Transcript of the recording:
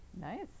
Nice